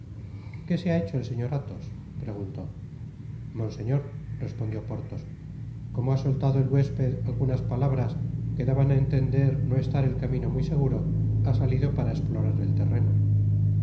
qué se ha hecho el sesor athos preguntó monseñor respondió porthos como ha soltado el huesped algunas palabras que daban á entender no estar el camino muy seguro ha salido para esplorar el terreno y